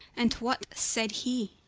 and what said he?